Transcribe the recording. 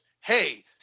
Hey